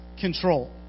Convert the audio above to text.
control